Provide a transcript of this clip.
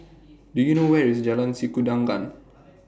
Do YOU know Where IS Jalan Sikudangan